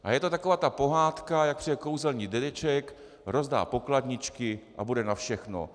A je to taková ta pohádka, jak přijde kouzelný dědeček, rozdá pokladničky a bude na všechno.